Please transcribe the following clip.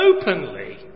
openly